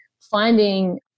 finding